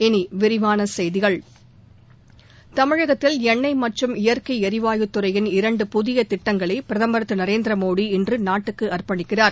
இனி விரிவான செய்திகள் தமிழகத்தில் எண்ணெய் மற்றும் இயற்கை எரிவாயு துறையின் இரண்டு புதிய திட்டங்களை பிரதம் திரு நரேந்திர மோடி இன்று நாட்டுக்கு அர்ப்பணிக்கிறார்